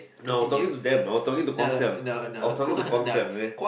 no I was talking to them I was talking to Guang-Xiang I was talking to Guang-Xiang